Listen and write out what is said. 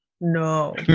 no